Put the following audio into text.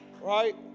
Right